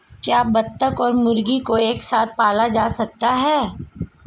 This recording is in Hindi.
क्या बत्तख और मुर्गी को एक साथ पाला जा सकता है?